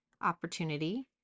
opportunity